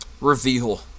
reveal